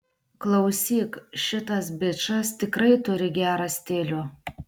klausyk šitas bičas tikrai turi gerą stilių